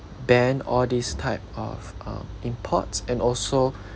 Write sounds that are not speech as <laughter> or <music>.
ban all these type of uh imports and also <breath>